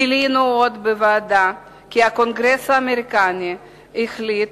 גילינו עוד בוועדה כי הקונגרס האמריקני החליט,